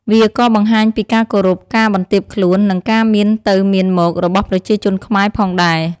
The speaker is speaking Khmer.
វាក៏បង្ហាញពីការគោរព ការបន្ទាបខ្លួន និងការមានទៅមានមករបស់ប្រជាជនខ្មែរផងដែរ។